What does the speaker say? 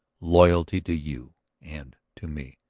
loyalty to you and to me.